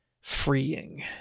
freeing